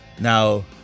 Now